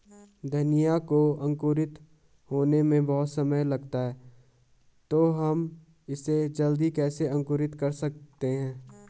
धनिया को अंकुरित होने में बहुत समय लगता है तो हम इसे जल्दी कैसे अंकुरित कर सकते हैं?